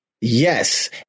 Yes